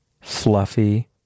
fluffy